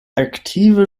aktive